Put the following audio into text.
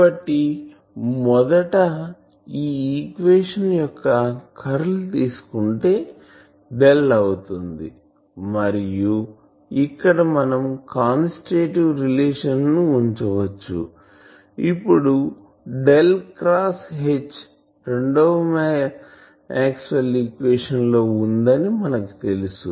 కాబట్టి మొదట ఈ ఈక్వేషన్ యొక్క కర్ల్ తీసుకుంటే డెల్ అవుతుంది మరియు ఇక్కడ మనం కాన్స్టిట్యూటివ్ రిలేషన్ ను ఉంచవచ్చు ఇప్పుడు డెల్ క్రాస్ H రెండవ మాక్స్వెల్ ఈక్వేషన్ లో ఉందని మనకు తెలుసు